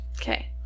Okay